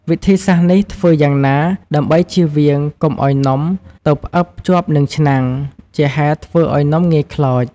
វិធីសាស្រ្តនេះធ្វើយ៉ាងណា ដើម្បីចៀសវាងកុំឱ្យនំ ទៅផ្អឹបជាប់នឹងឆ្នាំង ជាហេតុធ្វើឱ្យនំងាយខ្លោច។